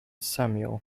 samuel